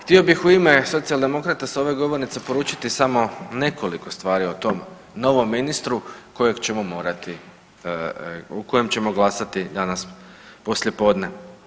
Htio bih u ime Socijaldemokrata s ove govornice poručiti samo nekoliko stvari o tom novom ministru kojeg ćemo morati, o kojem ćemo glasati danas poslijepodne.